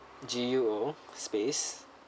G U O space